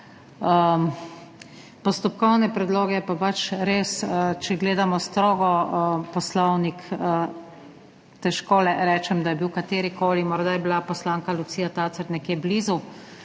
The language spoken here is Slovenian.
postopkovnih predlogov je pa pač res, če strogo gledamo Poslovnik, težko rečem, da je bil katerikoli, morda je bila poslanka Lucija Tacer nekje blizu,